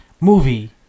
movie